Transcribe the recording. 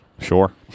Sure